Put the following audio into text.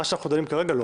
מה שאנחנו דנים כרגע לא.